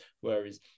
whereas